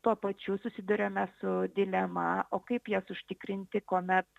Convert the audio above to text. tuo pačiu susiduriame su dilema o kaip jas užtikrinti kuomet